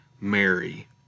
Mary